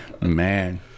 Man